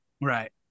Right